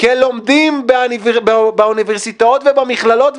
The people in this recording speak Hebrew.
כלומדים באוניברסיטאות ובמכללות,